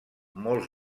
molts